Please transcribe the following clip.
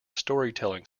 storytelling